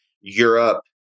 Europe